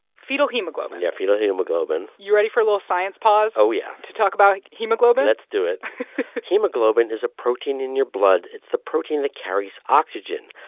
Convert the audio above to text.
fetal hemoglobin yeah, fetal hemoglobin you ready for a little science pause. oh, yeah. to talk about like hemoglobin? let's do it hemoglobin is a protein in your blood. it's the protein that carries oxygen.